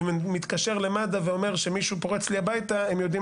ואם אני מתקשר למד"א ואומר שמישהו פורץ לי הביתה הם יודעים